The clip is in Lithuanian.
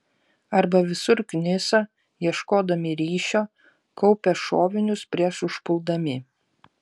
arba visur knisa ieškodami ryšio kaupia šovinius prieš užpuldami